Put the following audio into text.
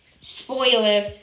Spoiler